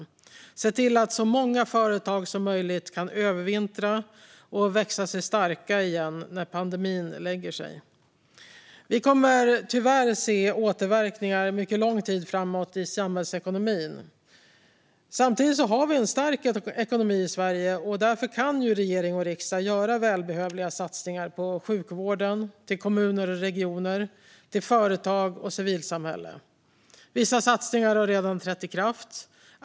Det gäller att se till att så många företag som möjligt kan övervintra och växa sig starka igen när pandemin lägger sig. Vi kommer tyvärr att få se återverkningar på samhällsekonomin under lång tid framöver. Samtidigt har vi en stark ekonomi i Sverige, och därför kan regering och riksdag göra välbehövliga satsningar på sjukvården, kommuner och regioner, företag och civilsamhälle. Vissa satsningar har redan trätt i kraft.